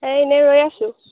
এই এনেই ৰৈ আছোঁ